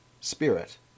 spirit